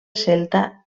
celta